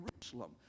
Jerusalem